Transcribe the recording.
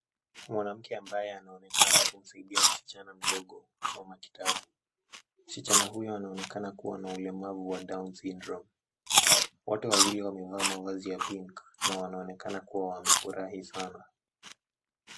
Mwanamke ambaye anaonekana kumsaidia msichana mdogo kusoma kitabu. Msichana huyu anaonekana kuwa na ulemavu wa Downs Syndrome wote wawili wamevaa mavazi ya pink na wanaonekana kuwa wamefurahi sana.